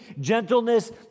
gentleness